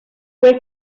fue